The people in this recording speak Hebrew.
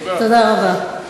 תודה רבה.